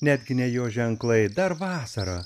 netgi ne jo ženklai dar vasara